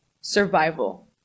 survival